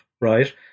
right